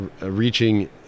reaching